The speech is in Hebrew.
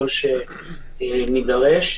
כלל שנידרש.